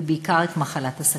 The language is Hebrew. ובעיקר את מחלת הסוכרת.